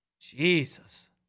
Jesus